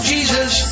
Jesus